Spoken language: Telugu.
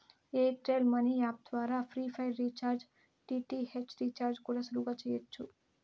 ఎయిర్ టెల్ మనీ యాప్ ద్వారా ప్రిపైడ్ రీఛార్జ్, డి.టి.ఏచ్ రీఛార్జ్ కూడా సులువుగా చెయ్యచ్చు